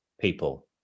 people